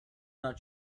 not